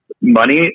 money